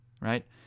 right